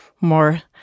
more